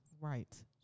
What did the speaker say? Right